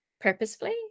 purposefully